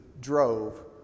drove